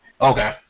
Okay